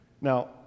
Now